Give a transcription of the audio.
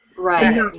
Right